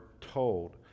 told